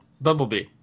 Bumblebee